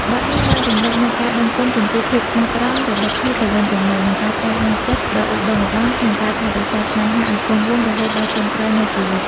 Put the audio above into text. បទនេះបានរំលេចនូវការដឹងគុណចំពោះភាពស្មោះត្រង់របស់គ្នាទៅវិញទៅមក និងការប្តេជ្ញាចិត្តដ៏ឧត្តុង្គឧត្តមក្នុងការថែរក្សាស្នេហាឲ្យគង់វង្សរហូតដល់ចុងក្រោយនៃជីវិត។